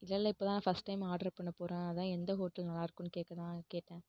இல்லை இல்லை இப்போ தான் நான் ஃபஸ்ட் டைம் ஆர்ட்ரு பண்ண போகிறேன் அதான் எந்த ஹோட்டல் நல்லாருக்கும்னு கேட்க தான் கேட்டேன்